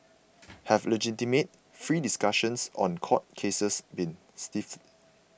have legitimate free discussions on court cases been stifled